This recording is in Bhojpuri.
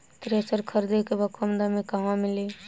थ्रेसर खरीदे के बा कम दाम में कहवा मिली?